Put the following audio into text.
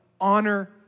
Honor